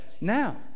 now